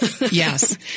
Yes